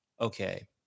okay